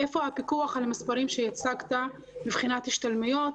איפה הפיקוח על המספרים שהצגת מבחינת השתלמויות?